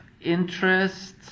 interest